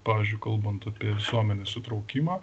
pavyzdžiui kalbant apie visuomenės įtraukimą